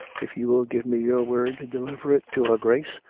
if you will give me your word to de liver it to her grace,